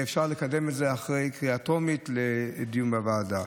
ואפשר לקדם את זה אחרי הקריאה הטרומית לדיון בוועדה.